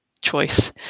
choice